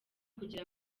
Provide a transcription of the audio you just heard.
kugira